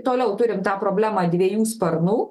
toliau turim tą problemą dviejų sparnų